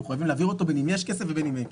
מחויבים להעביר אותו בין אם יש כסף ובין אם אין כסף.